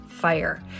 fire